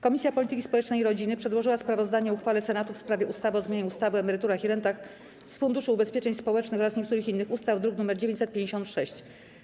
Komisja Polityki Społecznej i Rodziny przedłożyła sprawozdanie o uchwale Senatu w sprawie ustawy o zmianie ustawy o emeryturach i rentach z Funduszu Ubezpieczeń Społecznych oraz niektórych innych ustaw, druk nr 956.